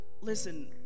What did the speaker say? listen